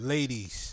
Ladies